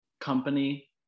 company